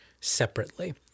separately